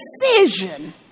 decision